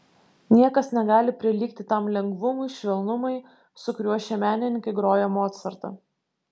niekas negali prilygti tam lengvumui švelnumui su kuriuo šie menininkai groja mocartą